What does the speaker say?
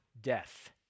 death